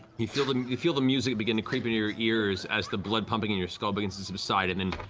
you feel but and you feel the music begin to creep into your ears as the blood pumping in your skull begins to subside, and and